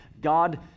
God